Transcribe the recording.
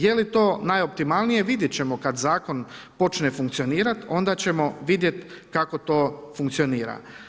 Je li to najoptimalnije, vidjet ćemo kad Zakon počne funkcionirat, onda ćemo vidjet kako to funkcionira.